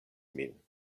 min